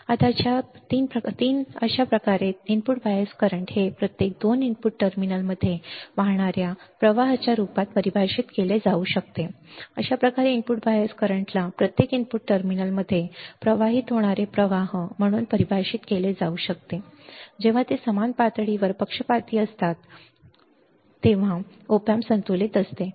आता 3 अशाप्रकारे input bias current हे प्रत्येक 2 इनपुट टर्मिनलमध्ये वाहणाऱ्या प्रवाहाच्या रूपात परिभाषित केले जाऊ शकते अशाप्रकारे इनपुट बायस करंटला प्रत्येक इनपुट टर्मिनलमध्ये प्रवाहित होणारे प्रवाह म्हणून परिभाषित केले जाऊ शकते जेव्हा ते समान पातळीवर पक्षपाती असतात जेव्हा ते त्याच पातळीवर पक्षपाती असतात जेव्हा ऑप एम्प संतुलित असते ठीक आहे